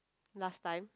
last time